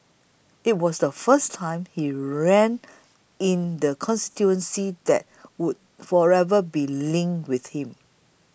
it was the first time he ran in the constituency that would forever be linked with him